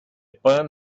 pan